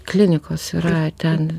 klinikos yra ir ten